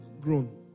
grown